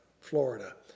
Florida